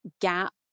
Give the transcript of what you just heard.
gap